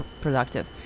productive